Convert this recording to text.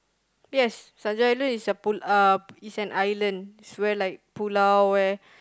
yes Saint-John-Island is a pulau uh is an island is where like pulau where